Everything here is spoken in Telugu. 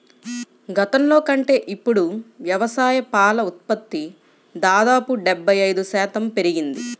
గతంలో కంటే ఇప్పుడు వ్యవసాయ పాల ఉత్పత్తి దాదాపు డెబ్బై ఐదు శాతం పెరిగింది